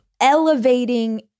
elevating